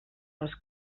les